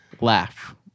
laugh